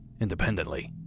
independently